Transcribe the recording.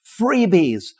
freebies